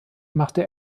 machte